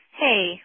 Hey